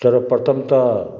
सर्वप्रथम त